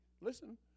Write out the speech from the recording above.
listen